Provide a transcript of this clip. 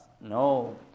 No